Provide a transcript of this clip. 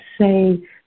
say